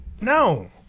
No